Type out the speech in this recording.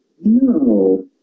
No